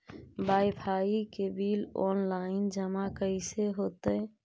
Wifi के bill online जमा कैसे होतै?